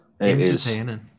entertaining